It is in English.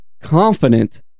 confident